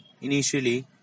Initially